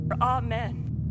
Amen